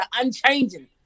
unchanging